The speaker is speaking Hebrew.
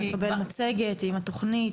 לקבל מצגת עם התוכנית,